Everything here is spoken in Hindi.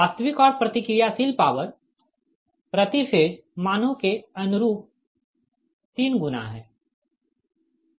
वास्तविक और प्रतिक्रियाशील पॉवर प्रति फेज मानों के अनुरूप तीन गुना है